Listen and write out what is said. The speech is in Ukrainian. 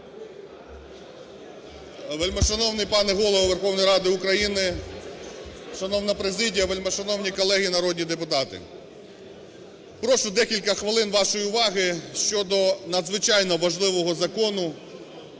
Вельмишановний пане Голово Верховної Ради України! Шановна президія! Вельмишановні колеги народні депутати! Прошу декілька хвилин вашої уваги щодо надзвичайно важливого закону,